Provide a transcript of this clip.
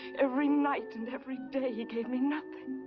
every night and every day, he gave me nothing.